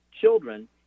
children